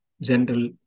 general